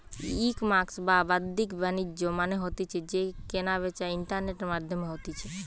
ecommerce বা বাদ্দিক বাণিজ্য মানে হতিছে যেই কেনা বেচা ইন্টারনেটের মাধ্যমে হতিছে